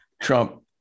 Trump